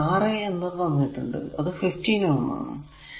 ഇവിടെ Ra എന്നത് തന്നിട്ടുണ്ട് അത് 15 Ω ആണ്